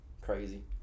crazy